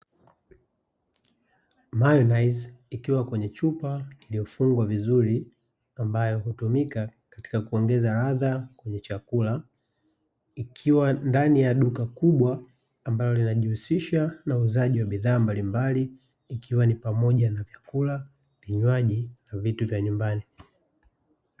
"Mayonnaise" ikiwa kwenye chupa iliyofungwa vizuri, ambayo hutumika katika kuongeza ladha kwenye chakula, ikiwa ndani ya duka kubwa ambalo linajihusisha na uuzaji wa bidhaa mbalimbali ikiwa ni pamoja na vyakula, vinywaji, na vitu vya nyumbani.